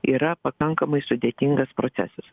yra pakankamai sudėtingas procesas